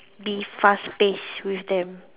be fast paced with them